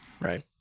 right